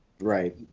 Right